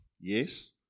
Yes